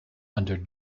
under